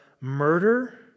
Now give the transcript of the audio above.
Murder